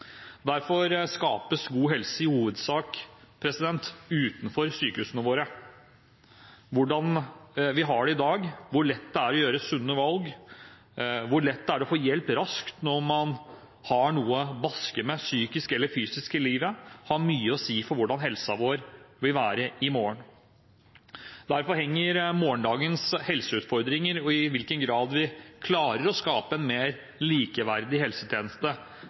Derfor skapes god helse i hovedsak utenfor sykehusene våre. Hvordan vi har det i dag, hvor lett det er å gjøre sunne valg, og hvor lett det er å få hjelp raskt når man har noe å baske med i livet, fysisk eller psykisk, har mye å si for hvordan helsa vår vil være i morgen. Derfor henger morgendagens helseutfordringer – i hvilken grad vi klarer å skape en mer likeverdig helsetjeneste